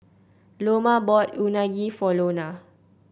Loma bought Unagi for Lona